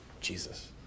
Jesus